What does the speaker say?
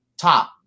top